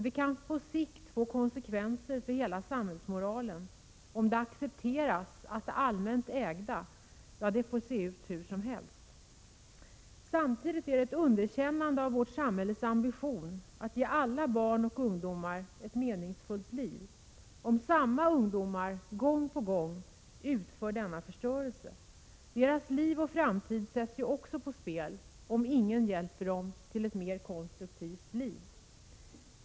Det kan på sikt få konsekvenser för hela samhällsmoralen om det accepteras att det allmänt ägda får se ut hur som helst. Samtidigt är det ett underkännande av vårt samhälles ambition att ge alla 19 november 1987 barn och ungdomar ett meningsfullt liv, om samma ungdomar gång på gång utför denna förstörelse. Deras framtid sätts ju också på spel, om ingen hjälper dem till ett mer konstruktivt liv.